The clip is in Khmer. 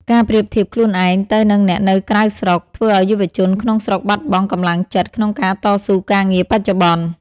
ការប្រៀបធៀបខ្លួនឯងទៅនឹងអ្នកនៅក្រៅស្រុក ធ្វើឱ្យយុវជនក្នុងស្រុកបាត់បង់ "កម្លាំងចិត្ត" ក្នុងការតស៊ូការងារបច្ចុប្បន្ន។